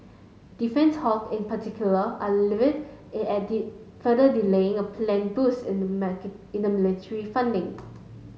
defence hawk in particular are livid further delaying a planned boost in the in the military funding